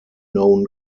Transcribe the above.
known